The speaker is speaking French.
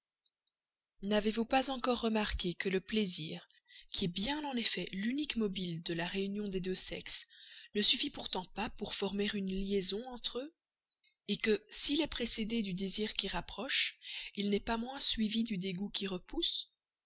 donc pas encore remarqué que le plaisir qui est bien en effet l'unique mobile de la réunion des deux sexes ne suffit pourtant pas pour former une liaison entre eux que s'il est précédé du désir qui rapproche il n'est pas moins suivi du dégoût qui repousse